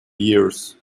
years